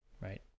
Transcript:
right